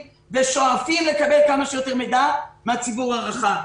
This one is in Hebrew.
ושואפים לקבל כמה שיותר מידע מהציבור הרחב.